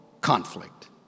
conflict